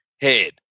head